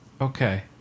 Okay